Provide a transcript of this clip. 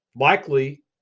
likely